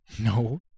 No